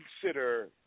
consider